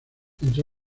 entre